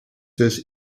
this